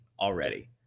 already